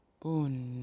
bun